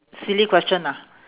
silly question ah